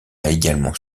également